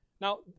Now